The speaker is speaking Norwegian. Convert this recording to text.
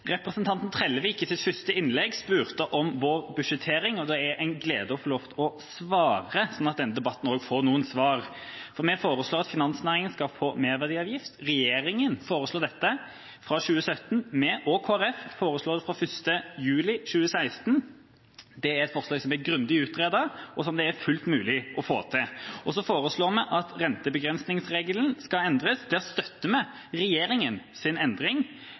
en glede å få lov til å svare, slik at man i denne debatten også får noen svar. Vi foreslår at finansnæringa skal få merverdiavgift. Regjeringa foreslår dette fra 2017. Vi og Kristelig Folkeparti foreslår det fra 1. juli 2016. Det er et forslag som er grundig utredet, og som det er fullt mulig å få til. Så foreslår vi at rentebegrensningsregelen skal endres. Der støtter vi regjeringas endring,